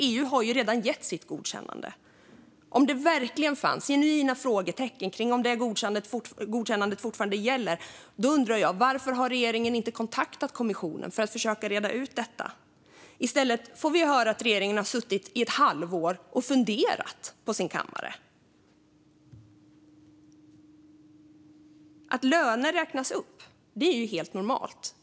EU har nämligen redan gett sitt godkännande. Om det verkligen fanns genuina frågetecken kring om det godkännandet fortfarande gäller undrar jag varför regeringen inte har kontaktat kommissionen för att försöka reda ut det. I stället får vi höra att regeringen har suttit på sin kammare och funderat i ett halvår. Att löner räknas upp är ju helt normalt.